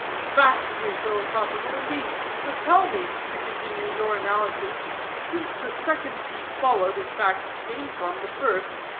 vastly philosophical, indeed, but tell me to continue your analogy since the second teeth followed in fact, came from the first,